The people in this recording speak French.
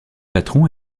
patron